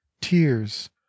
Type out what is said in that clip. tears